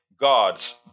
gods